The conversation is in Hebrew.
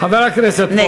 נגד חבר הכנסת פרוש.